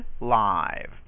live